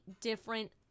different